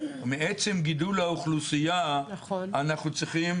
מעצם גידול האוכלוסייה אנחנו צריכים